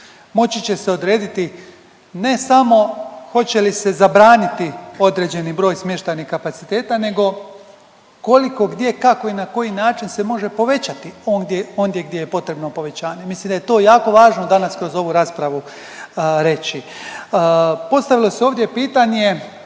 moći će se odrediti ne samo hoće li se zabraniti određeni broj smještajnih kapaciteta nego koliko gdje, kako i na koji način se može povećati ondje gdje je potrebno povećanje. Mislim da je to jako važno danas kroz ovu raspravu reći. Postavilo se ovdje pitanje